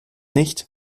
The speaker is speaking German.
nicht